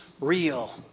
real